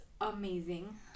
amazing